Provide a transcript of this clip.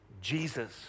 Jesus